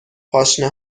پاشنه